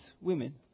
women